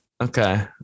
Okay